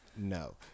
No